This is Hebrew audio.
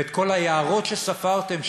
ואת כל היערות שספרתם,